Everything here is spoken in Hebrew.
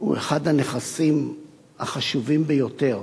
הוא אחד הנכסים החשובים ביותר